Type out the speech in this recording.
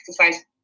exercise